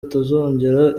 atazongera